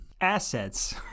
Assets